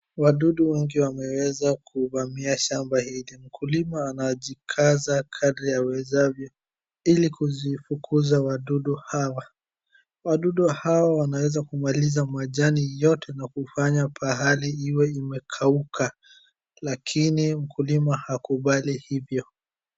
Wadudu wengi wameweza kuvamia shamba hili. Mkulima anajikaza kadri awezavyo ili kufukuza wadudu hawa. Wadudu hawa wanaeza kumaliza majani yote na kufanya pahali iwe imekauka lakini mkulima hakubali hivyo.